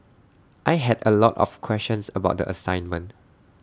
I had A lot of questions about the assignment